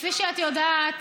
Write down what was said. כפי שאת יודעת,